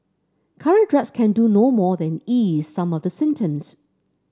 current drugs can do no more than ease some of the symptoms